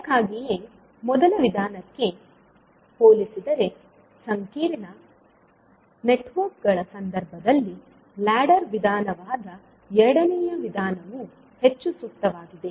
ಅದಕ್ಕಾಗಿಯೇ ಮೊದಲ ವಿಧಾನಕ್ಕೆ ಹೋಲಿಸಿದರೆ ಸಂಕೀರ್ಣ ನೆಟ್ವರ್ಕ್ಗಳ ಸಂದರ್ಭದಲ್ಲಿ ಲ್ಯಾಡರ್ ವಿಧಾನವಾದ ಎರಡನೆಯ ವಿಧಾನವು ಹೆಚ್ಚು ಸೂಕ್ತವಾಗಿದೆ